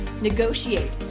negotiate